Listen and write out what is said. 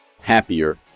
happier